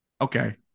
Okay